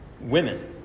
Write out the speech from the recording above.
women